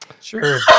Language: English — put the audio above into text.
Sure